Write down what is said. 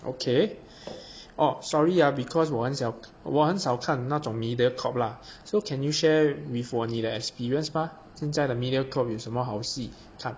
okay oh sorry ah because 我很小我很少看那种 mediacorp lah so can you share with 我你的 experience 吗现在的 mediacorp 有什么好戏看